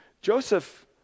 Joseph